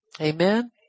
Amen